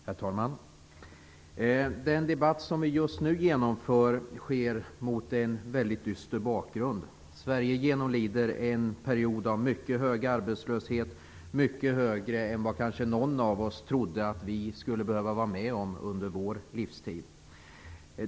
Herr talman! Den debatt som vi nu genomför avhålls mot en mycket dyster bakgrund. Sverige genomlider en period av mycket hög arbetslöshet, mycket högre än vad kanske någon av oss trodde att vi skulle behöva vara med om under vår livstid.